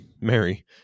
Mary